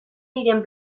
diren